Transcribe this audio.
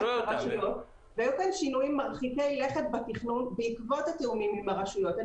-- והיו כאן שינויים מרחיקי לכת בתכנון בעקבות התיאומים עם הרשויות.